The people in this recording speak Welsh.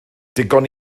digon